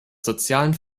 sozialen